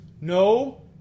no